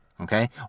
Okay